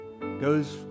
goes